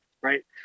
right